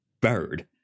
bird